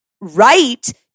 right